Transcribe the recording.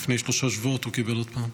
לפני שלושה שבועות, הוא קיבל עוד פעם.